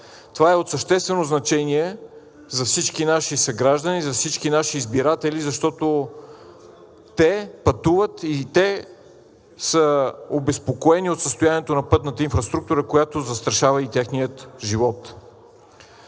Това е от съществено значение за всички наши съграждани, за всички наши избиратели, защото те пътуват и са обезпокоени от състоянието на пътната инфраструктура, която застрашава и техния живот.